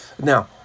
Now